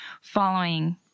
following